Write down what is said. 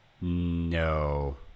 No